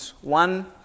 one